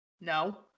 No